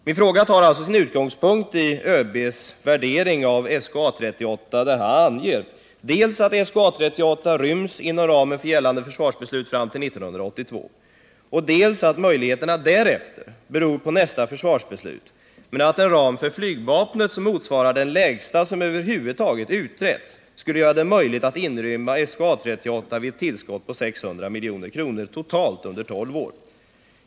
Min fråga tar alltså sin utgångpunkt i ÖB:s värdering av SK 38 A 38 ryms inom ramen för gällande försvarsbeslut fram till 1982, dels att möjligheterna därefter beror på nästa försvarsbeslut, men att en ram för flygvapnet som motsvarar den lägsta som över huvud taget har utretts skulle göra det möjligt att inrymma SK 38/A 38 vid ett tillskott på 600 miljoner totalt under tolv år.